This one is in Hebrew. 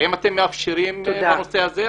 האם אתם מאפשרים בנושא הזה?